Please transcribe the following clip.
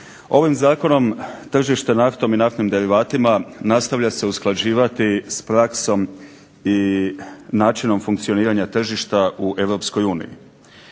Ovim Zakonom tržište naftom i naftnim derivatima nastavlja se usklađivati sa praksom i načinom funkcioniranja tržišta u